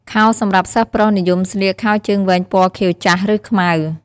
ខោសម្រាប់សិស្សប្រុសនិយមស្លៀក ខោជើងវែងពណ៌ខៀវចាស់ ឬខ្មៅ។